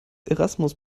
erasmus